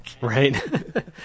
Right